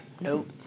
Nope